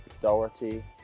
Doherty